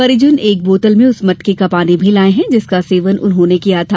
परिजन एक बोतल में उस मटके का पानी भी लाए हैं जिसका सेवन उन्होंने किया था